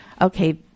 okay